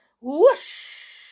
Whoosh